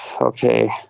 okay